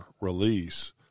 release